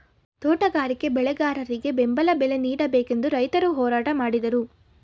ತೋಟಗಾರಿಕೆ ಬೆಳೆಗಾರರಿಗೆ ಬೆಂಬಲ ಬಲೆ ನೀಡಬೇಕೆಂದು ರೈತರು ಹೋರಾಟ ಮಾಡಿದರು